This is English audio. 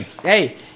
Hey